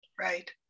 Right